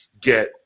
get